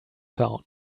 town